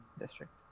district